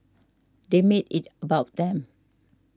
they made it about them